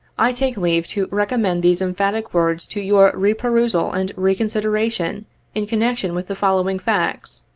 i take leave to recommend these emphatic words to your re-perusal and re-consideration in connection with the following facts.